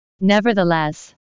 Nevertheless